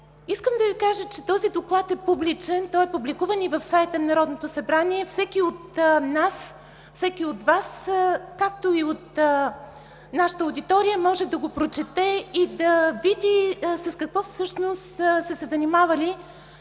Искам да Ви кажа, че този доклад е публичен, той е публикуван и в сайта на Народното събрание. Всеки от нас, всеки от Вас, както и от нашата аудитория може да го прочете и да види с какво всъщност се е занимавал